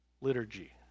liturgy